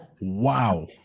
Wow